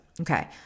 Okay